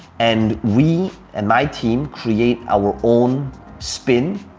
and we and my team create our own spin,